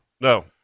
No